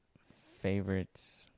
favorites